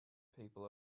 people